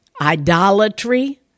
idolatry